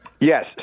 Yes